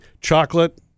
chocolate